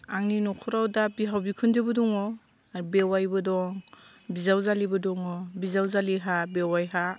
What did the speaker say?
आंनि न'खराव दा बिहाव बिखुनजोबो दङ आर बेवायबो दं बिजावजालिबो दङ बिजावजालिहा बेवायहा